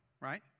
right